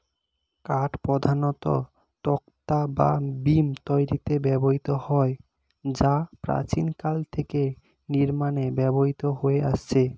কাঠ প্রধানত তক্তা বা বিম তৈরিতে ব্যবহৃত হয় যা প্রাচীনকাল থেকে নির্মাণে ব্যবহৃত হয়ে আসছে